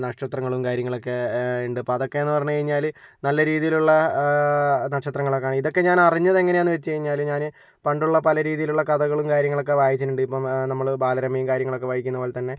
നക്ഷത്രങ്ങളും കാര്യങ്ങളും ഒക്കെ ഉണ്ട് അപ്പോൾ അതൊക്കെയെന്ന് പറഞ്ഞുകഴിഞ്ഞാല് നല്ല രീതിയിലുള്ള നക്ഷത്രങ്ങളൊക്കെയാണ് ഇതൊക്കെ ഞാൻ അറിഞ്ഞതെങ്ങനെയാണെന്ന് വെച്ചുകഴിഞ്ഞാൽ ഞാൻ പണ്ടുള്ള പല രീതിയിലുള്ള കഥകളും കാര്യങ്ങളൊക്കെ വായിച്ചിട്ടുണ്ട് ഇപ്പോൾ നമ്മൾ ബാലരമയും കാര്യങ്ങളൊക്കെ വായിക്കുന്ന പോലെ തന്നെ